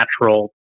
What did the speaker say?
natural